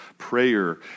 prayer